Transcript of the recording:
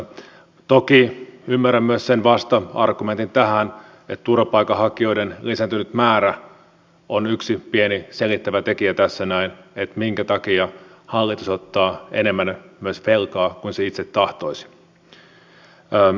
toki ymmärrän myös sen vasta argumentin tähän että turvapaikanhakijoiden lisääntynyt määrä on yksi pieni selittävä tekijä tässä näin minkä takia hallitus ottaa enemmän myös velkaa kuin se itse tahtoisi